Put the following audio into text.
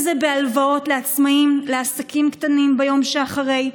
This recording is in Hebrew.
אם זה בהלוואות לעצמאים ולעסקים קטנים ביום שאחרי,